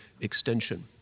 extension